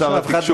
אז שאף אחד לא,